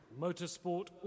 motorsport